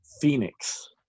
Phoenix